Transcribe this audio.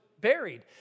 buried